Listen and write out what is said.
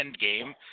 Endgame